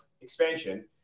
expansion